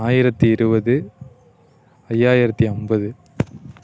ஆயிரத்து இருபது ஐயாயிரத்து ஐம்பது